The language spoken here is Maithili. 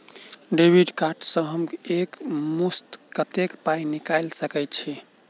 डेबिट कार्ड सँ हम एक मुस्त कत्तेक पाई निकाल सकय छी?